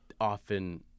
often